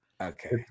okay